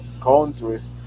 countries